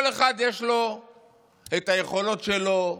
כל אחד יש לו את היכולות שלו,